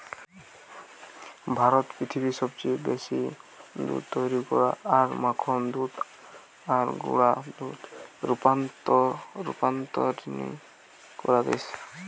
ভারত পৃথিবীর সবচেয়ে বেশি দুধ তৈরী করা আর মাখন দুধ আর গুঁড়া দুধ রপ্তানি করা দেশ